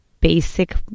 basic